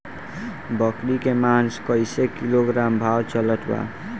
बकरी के मांस कईसे किलोग्राम भाव चलत बा?